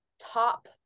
top